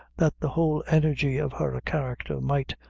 that the whole energy of her character might,